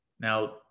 Now